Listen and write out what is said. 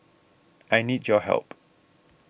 I need your help